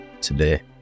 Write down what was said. Today